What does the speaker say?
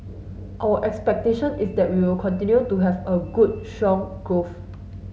our expectation is that we'll continue to have good strong growth